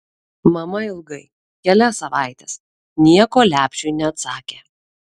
mama ilgai kelias savaites nieko lepšiui neatsakė